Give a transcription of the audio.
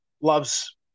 loves